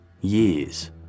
years